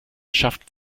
schafften